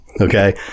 Okay